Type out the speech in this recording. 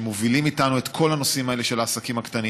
ומובילים איתנו את כל הנושאים האלה של העסקים הקטנים.